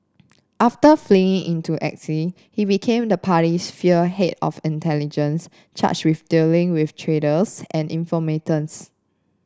after fleeing into exile he became the party's feared head of intelligence charged with dealing with traitors and informants